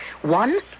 One